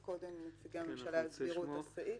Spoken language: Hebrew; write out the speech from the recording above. אני מציעה שקודם נציגי הממשלה יסבירו את הסעיף.